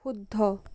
শুদ্ধ